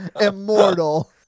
immortal